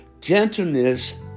gentleness